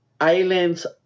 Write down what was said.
islands